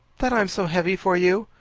that i'm so heavy for you.